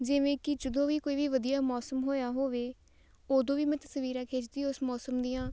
ਜਿਵੇਂ ਕਿ ਜਦੋਂ ਵੀ ਕੋਈ ਵੀ ਵਧੀਆ ਮੌਸਮ ਹੋਇਆ ਹੋਵੇ ਉਦੋਂ ਵੀ ਮੈਂ ਤਸਵੀਰਾਂ ਖਿੱਚਦੀ ਉਸ ਮੌਸਮ ਦੀਆਂ